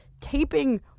taping